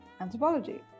anthropology